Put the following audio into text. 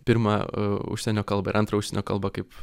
pirmą užsienio kalbą ir antrą užsienio kalbą kaip